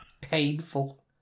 painful